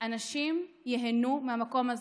אנשים ייהנו מהמקום הזה.